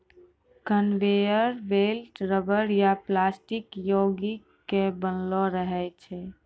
conveyor belt rubber या plastic योगिक के बनलो रहै छै